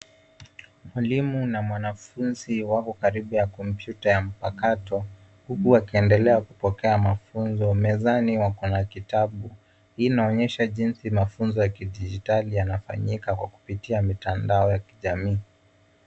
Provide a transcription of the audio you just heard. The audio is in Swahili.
Mwalimu na mwanafunzi wako karibu ya kompyuta ya mpakato huku wakiendelea kupokea mafunzo. Mezani wako na kitabu. Hii inaonyesha jinsi mafunzo ya kidijitali yanafanyika kwa kupitia mitandao ya kijamii.